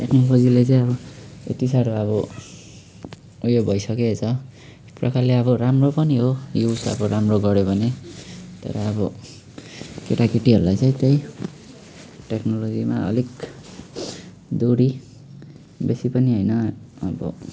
त्यहीदेखि कसैले चाहिँ अब यति साह्रो अब उयो भइसकेको छ एक प्रकारले अब राम्रो पनि हो यो उस अब राम्रो युज गऱ्यो भने तर अब केटाकेटीहरूलाई चाहिँ त्यही टेक्नोलोजीमा अलिक दोरी बेसी पनि होइन अब